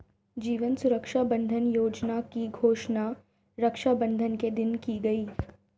जीवन सुरक्षा बंधन योजना की घोषणा रक्षाबंधन के दिन की गई